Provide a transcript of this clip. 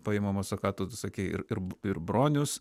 paimamas o ką tu sakei ir ir bronius